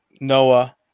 noah